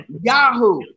Yahoo